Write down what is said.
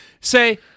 say